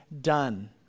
done